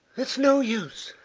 it's no use,